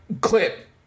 clip